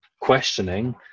questioning